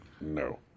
No